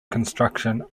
construction